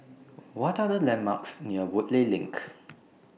What Are The landmarks near Woodleigh LINK